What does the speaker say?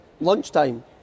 lunchtime